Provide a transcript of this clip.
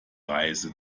reise